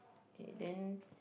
okay then